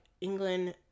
England